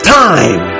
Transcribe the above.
time